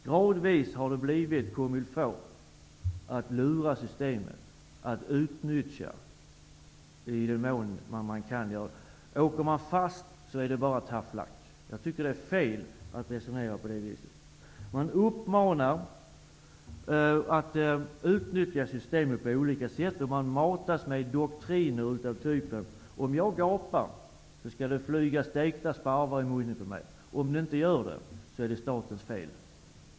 Gradvis har det blivit comme-il-faut att lura systemet och att utnyttja det i den mån man kan. Åker man fast är det bara tough luck. Jag tycker att det är fel att resonera på det viset. Man uppmanas till att utnyttja systemet på olika sätt, och man matas med doktrinen: Om jag gapar, skall det flyga stekta sparvar i munnen på mig. Om det inte gör det är det statens fel.